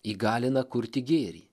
įgalina kurti gėrį